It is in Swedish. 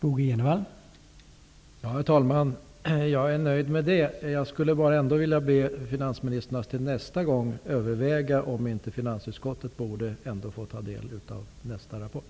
Herr talman! Jag är nöjd med det men jag vill be finansministern att till nästa gång överväga om inte finansutskottet ändå borde få ta del av nästa rapport.